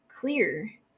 clear